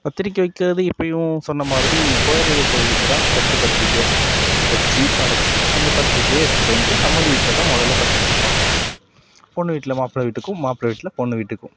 பத்திரிக்கை வைக்கிறது இப்பயும் சொன்ன மாதிரி குலதெய்வம் கோவிலுக்கு தான் ஃபர்ஸ்ட் பத்திரிக்கை வைச்சு படைச்சு அந்த பத்திரிக்கைய எடுத்துட்டு வந்து சம்பந்தி வீட்டில் தான் முதல்ல பத்திரிக்கை வைப்பாங்க பொண்ணு வீட்டில் மாப்பிள்ளை வீட்டுக்கும் மாப்பிள்ளை வீட்டில் பொண்ணு வீட்டுக்கும்